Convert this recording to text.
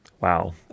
wow